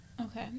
okay